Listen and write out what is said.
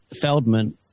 feldman